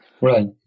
Right